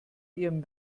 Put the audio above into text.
ihrem